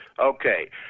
Okay